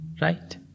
right